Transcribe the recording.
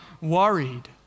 worried